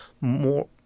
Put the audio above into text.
more